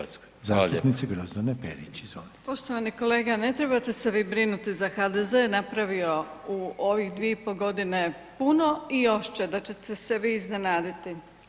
Poštovani kolega ne trebate se vi brinuti za HDZ je napravio u ovih 2,5 godine puno i još će, da ćete se vi iznenaditi.